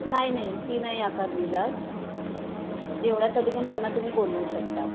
नाही नाही फी नाही आकारली जात जेवण्यासाठी पण त्यांना तुम्ही बोलवू शकता